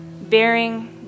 bearing